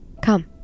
come